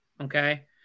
Okay